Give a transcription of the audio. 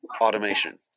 Automation